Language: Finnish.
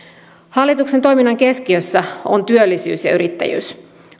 hallituksen toiminnan keskiössä on työllisyys ja yrittäjyys